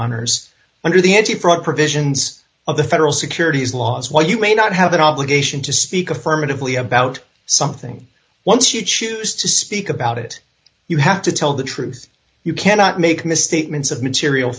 honour's under the anti fraud provisions of the federal securities laws while you may not have an obligation to speak affirmatively about something once you choose to speak about it you have to tell the truth you cannot make misstatements of material